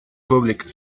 public